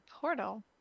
portal